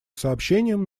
сообщениям